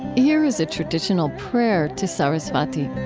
here is a traditional prayer to sarasvati